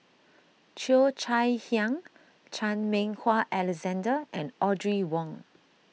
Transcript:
Cheo Chai Hiang Chan Meng Wah Alexander and Audrey Wong